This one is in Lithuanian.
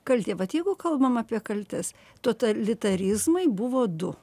kaltė vat jeigu kalbam apie kaltes totalitarizmai buvo du